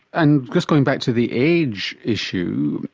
and just going back to the age issue,